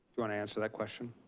you want to answer that question,